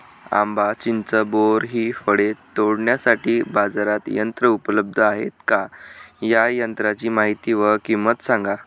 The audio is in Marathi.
आंबा, चिंच, बोर हि फळे तोडण्यासाठी बाजारात यंत्र उपलब्ध आहेत का? या यंत्रांची माहिती व किंमत सांगा?